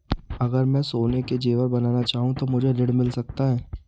अगर मैं सोने के ज़ेवर बनाना चाहूं तो मुझे ऋण मिल सकता है?